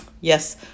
Yes